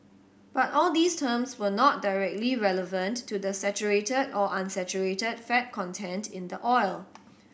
but all these terms were not directly relevant to the saturated or unsaturated fat content in the oil